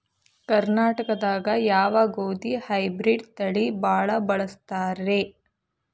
ಕರ್ನಾಟಕದಾಗ ಯಾವ ಗೋಧಿ ಹೈಬ್ರಿಡ್ ತಳಿ ಭಾಳ ಬಳಸ್ತಾರ ರೇ?